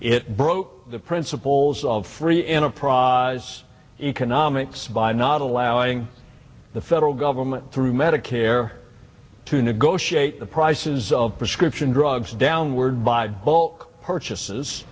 it broke the principles of free enterprise economics by not allowing the federal government through medicare to negotiate the prices of prescription drugs downward by bulk purchases